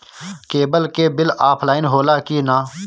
Cable के bill offline होला कि ना?